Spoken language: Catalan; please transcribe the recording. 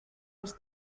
els